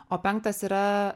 o penktas yra